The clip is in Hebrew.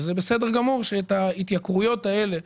וזה בסדר גמור שאת ההתייקרויות האלה,